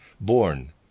born